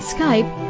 Skype